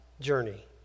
journey